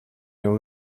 your